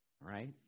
Right